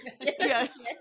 Yes